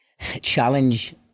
challenge